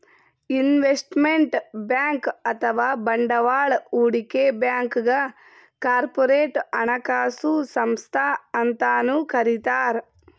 investment bank ಅಥವಾ ಬಂಡವಾಳ್ ಹೂಡಿಕೆ ಬ್ಯಾಂಕ್ಗ್ ಕಾರ್ಪೊರೇಟ್ ಹಣಕಾಸು ಸಂಸ್ಥಾ ಅಂತನೂ ಕರಿತಾರ್